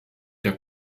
der